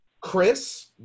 Chris